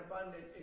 abundant